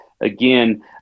again